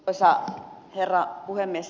arvoisa herra puhemies